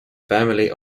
family